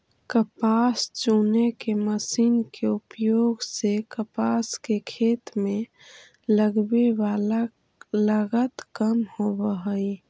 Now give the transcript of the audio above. कपास चुने के मशीन के उपयोग से कपास के खेत में लगवे वाला लगत कम होवऽ हई